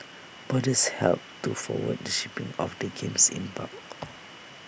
boarders helped to forward the shipping of the games in bulk